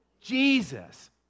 Jesus